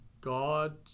God